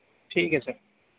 ٹھیک ہے سر